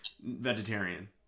vegetarian